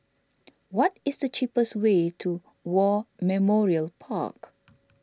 what is the cheapest way to War Memorial Park